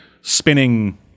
spinning